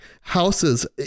Houses